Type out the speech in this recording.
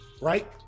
Right